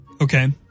okay